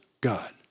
God